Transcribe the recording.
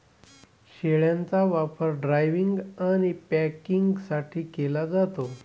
शेळ्यांचा वापर ड्रायव्हिंग आणि पॅकिंगसाठी केला जातो